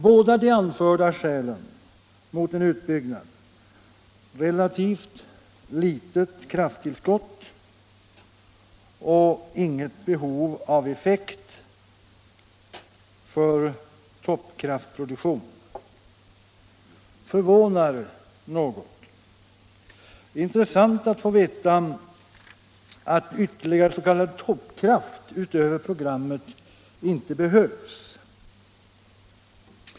Båda de anförda skälen mot en utbyggnad -— relativt litet krafttillskott och inget behov av effekt för toppkraftproduktion — förvånar något. Det är intressant att få veta att ytterligare s.k. toppkraft utöver programmet inte behövs.